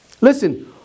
Listen